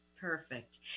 Perfect